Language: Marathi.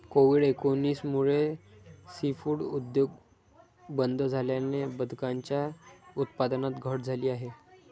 कोविड एकोणीस मुळे सीफूड उद्योग बंद झाल्याने बदकांच्या उत्पादनात घट झाली आहे